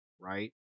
right